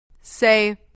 Say